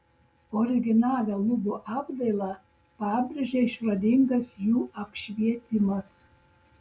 originalią lubų apdailą pabrėžia išradingas jų apšvietimas